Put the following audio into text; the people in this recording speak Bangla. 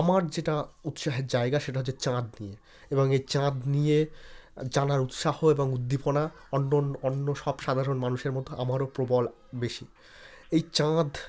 আমার যেটা উৎসাহের জায়গা সেটা হচ্ছে চাঁদ নিয়ে এবং এ চাঁদ নিয়ে জানার উৎসাহ এবং উদ্দীপনা অন্যন অন্য সব সাধারণ মানুষের মত আমারও প্রবল বেশি এই চাঁদ